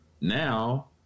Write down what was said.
now